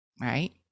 right